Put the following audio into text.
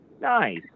Nice